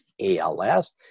ALS